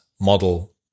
model